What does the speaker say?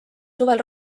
suvel